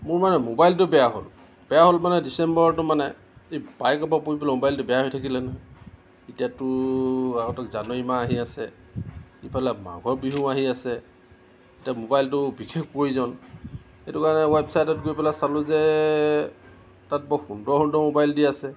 মোৰ মানে ম'বাইলটো বেয়া হ'ল বেয়া হ'ল মানে ডিচেম্বৰত মানে এই বাইকৰ পৰা পৰি পেলাই ম'বাইলটো বেয়া হৈ থাকিলে এতিয়াতো আৰুতো জানুৱাৰী মাহ আহি আছে ইফালে মাঘৰ বিহু আহি আছে এতিয়া ম'বাইলটো বিশেষ প্ৰয়োজন সেইটো কাৰণে ৱেবচাইটত গৈ পেলাই চালোঁ যে তাত বৰ সুন্দৰ সুন্দৰ ম'বাইল দি আছে